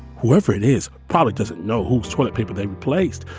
whoever it is, probably doesn't know whose toilet paper they replaced.